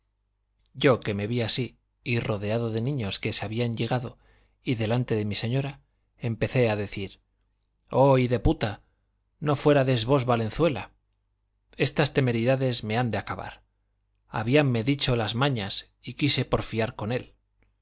yo que me vi así y rodeado de niños que se habían llegado y delante de mi señora empecé a decir oh hideputa no fuérades vos valenzuela estas temeridades me han de acabar habíanme dicho las mañas y quise porfiar con él